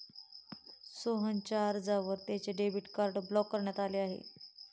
सोहनच्या अर्जावर त्याचे डेबिट कार्ड ब्लॉक करण्यात आले आहे